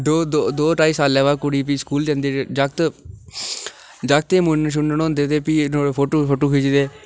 दौं दौं ढाई साल बाद कुड़ी स्कूल जंदी ते जागत जागतै दे मूनन शूनन होंदे ते प्ही नुहाड़े फोटु फुटू खिच्चदे